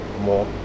more